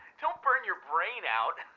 don't burn your brain out!